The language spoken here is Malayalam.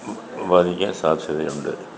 ബാധിക്കാൻ സാധ്യതയുണ്ട്